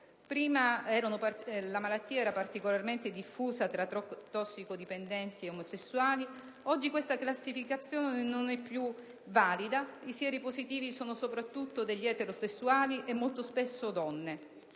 Prima la malattia era particolarmente diffusa fra tossicodipendenti e omosessuali; oggi questa classificazione non è più valida: i sieropositivi sono soprattutto eterosessuali, e molto spesso donne.